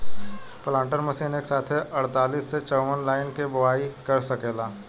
planter machine एक साथे अड़तालीस से चौवन लाइन के बोआई क सकेला